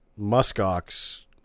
muskox